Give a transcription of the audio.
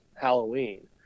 halloween